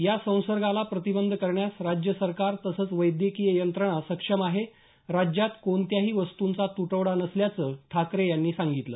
या संसर्गाला प्रतिबंध करण्यास राज्य सरकार तसंच वैद्यकीय यंत्रणा सक्षम आहे राज्यात कोणत्याही वस्तूंचा तुटवडा नसल्याचं ठाकरे यांनी सांगितलं